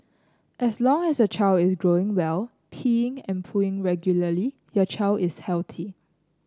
as long as your child is growing well peeing and pooing regularly your child is healthy